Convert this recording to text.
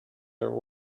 are